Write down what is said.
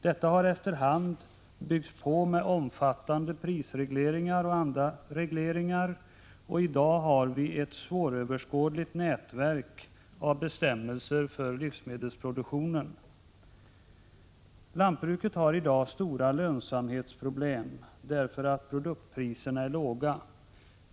Detta har efter hand byggts på med omfattande prisregleringar och andra regleringar. I dag har vi ett svåröverskådligt nätverk av bestämmelser för livsmedelsproduktionen. Lantbruket har i dag stora lönsamhetsproblem därför att produktpriserna är låga.